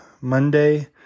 Monday